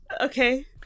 okay